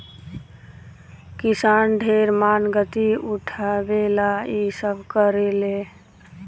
किसान ढेर मानगती उठावे ला इ सब करेले